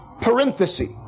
parenthesis